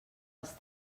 els